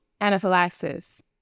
anaphylaxis